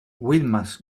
wilma’s